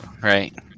right